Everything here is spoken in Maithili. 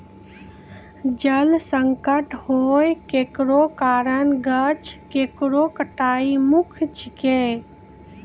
जल संकट होय केरो कारण गाछ केरो कटाई मुख्य छिकै